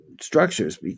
structures